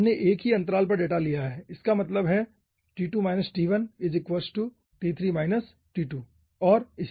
हमने एक ही अंतराल पर डेटा लिया है जिसका मतलब है कि और इसी तरह